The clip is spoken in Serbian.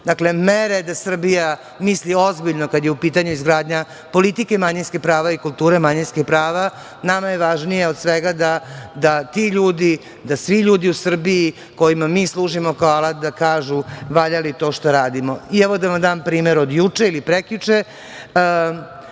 Papugom, mere da Srbija misli ozbiljno kada je u pitanju izgradnja politike manjinskih prava i kulture manjinskih prava, nama je važnije od svega da ti ljudi, da svi ljudi u Srbiji kojima mi služimo kao alat, da kažu valja li to što radimo. Evo, da vam dam primer od juče ili prekjuče.